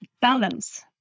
balance